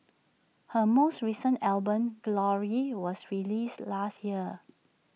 her most recent album glory was released last year